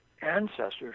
ancestors